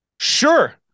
Sure